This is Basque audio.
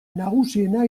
nagusiena